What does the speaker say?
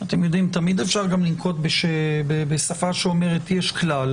תמיד אפשר גם לנקוט בשפה שאומרת שיש כלל